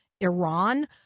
Iran